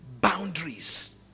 boundaries